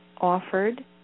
offered